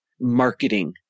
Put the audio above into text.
marketing